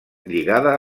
lligada